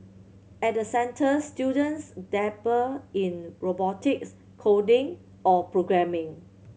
at the centres students dabble in robotics coding or programming